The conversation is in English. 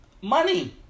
money